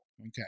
Okay